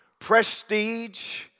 prestige